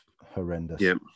horrendous